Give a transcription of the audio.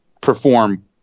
perform